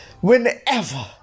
whenever